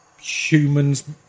humans